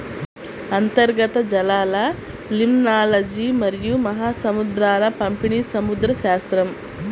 అంతర్గత జలాలలిమ్నాలజీమరియు మహాసముద్రాల పంపిణీసముద్రశాస్త్రం